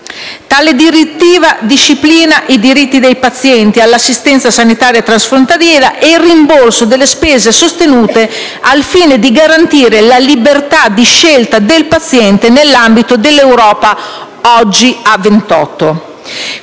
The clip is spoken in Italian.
Tale direttiva disciplina i diritti dei pazienti all'assistenza sanitaria transfrontaliera e il rimborso delle spese sostenute, al fine di garantire la libertà di scelta del paziente nell'ambito dell'Europa oggi a 28.